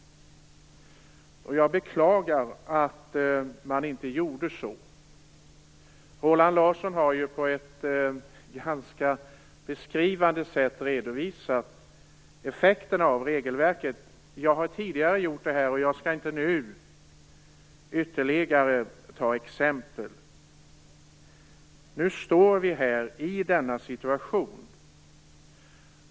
Jag beklagar att man inte gjorde det. Roland Larsson har på ett ganska beskrivande sätt redovisat effekterna av regelverket. Jag har tidigare gjort det här, och jag skall inte nu ge ytterligare exempel. Nu befinner vi oss i denna situation.